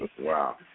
Wow